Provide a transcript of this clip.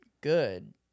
good